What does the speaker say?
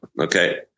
okay